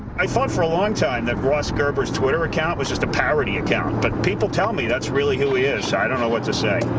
i thought for a long time that ross gerber's twitter account was just a parody account, but people tell me that's really who he is. i don't know what to say.